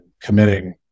committing